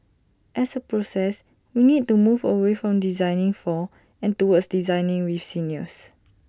as A process we need to move away from 'designing for' and towards 'designing with' seniors